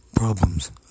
problems